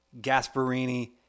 Gasparini